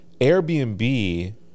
Airbnb